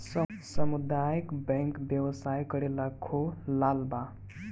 सामुदायक बैंक व्यवसाय करेला खोलाल बा